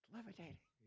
Levitating